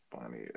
funny